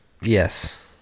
Yes